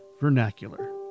vernacular